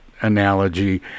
analogy